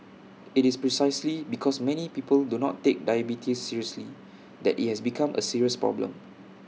IT is precisely because many people do not take diabetes seriously that IT has become A serious problem